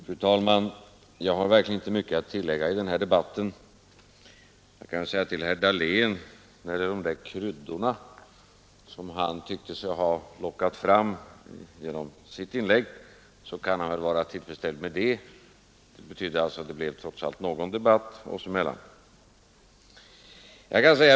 Fru talman! Jag har verkligen inte mycket att tillägga i den här debatten. Till herr Dahlén kan jag säga, när det gäller de där kryddorna som han tyckte sig ha lockat fram genom sitt inlägg, att han väl kan vara tillfredsställd med det; det betyder att det trots allt blev någon debatt oss emellan.